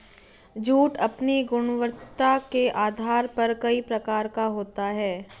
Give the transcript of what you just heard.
jute अपनी गुणवत्ता के आधार पर कई प्रकार का होता है